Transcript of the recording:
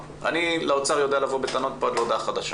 לבוא לאוצר בטענות מפה עד להודעה חדשה.